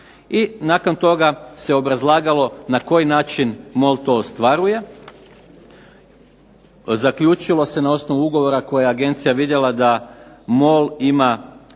nakon toga se obrazlagalo na koji način MOL to ostvaruje. Zaključuje se na osnovu ugovora koji je agencija vidjela da MOL ima